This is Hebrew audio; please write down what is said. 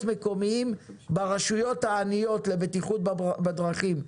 מקומיים ברשויות העניות לבטיחות בדרכים.